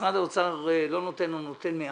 משרד האוצר לא נותן או נותן מעט,